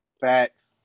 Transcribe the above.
Facts